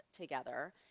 together